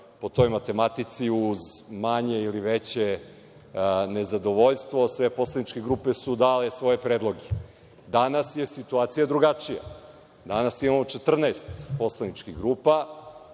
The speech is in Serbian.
po toj matematici, uz manje ili veće nezadovoljstvo, sve poslaničke grupe su dale svoje predloge. Danas je situacija drugačija. Danas imamo 14 poslaničkih grupa,